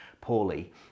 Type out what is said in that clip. Poorly